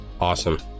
Awesome